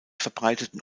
verbreiteten